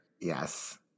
Yes